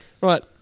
Right